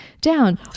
down